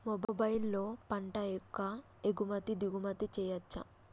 మొబైల్లో పంట యొక్క ఎగుమతి దిగుమతి చెయ్యచ్చా?